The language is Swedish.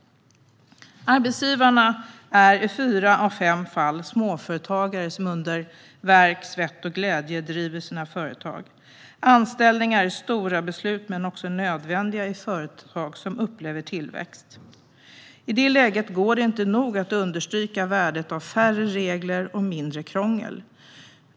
Arbetsgivarna är i fyra av fem fall småföretagare som med värk, svett och glädje driver sina företag. Anställningar är stora beslut men också nödvändiga i företag som upplever tillväxt. I det läget går det inte att nog understryka värdet av färre regler och mindre krångel.